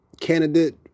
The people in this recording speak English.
candidate